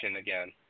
again